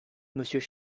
monsieur